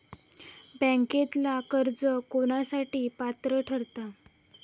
बँकेतला कर्ज कोणासाठी पात्र ठरता?